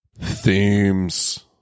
themes